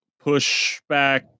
pushback